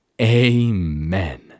Amen